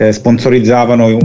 sponsorizzavano